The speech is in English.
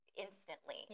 instantly